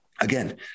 Again